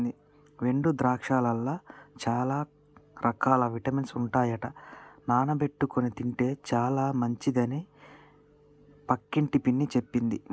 ఎండు ద్రాక్షలల్ల చాల రకాల విటమిన్స్ ఉంటాయట నానబెట్టుకొని తింటే చాల మంచిదట అని పక్కింటి పిన్ని చెప్పింది